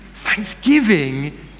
thanksgiving